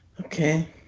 Okay